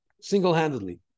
Single-handedly